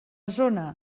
zona